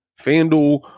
FanDuel